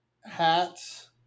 hats